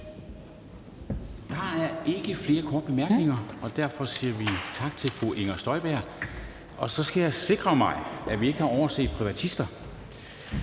Der er ikke flere korte bemærkninger, og derfor siger vi tak til fru Inger Støjberg. Og så skal jeg sikre mig, at vi ikke har overset privatister.